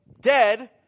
Dead